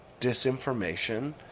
disinformation